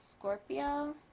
Scorpio